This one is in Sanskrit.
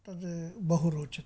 तद् बहु रोचते माम्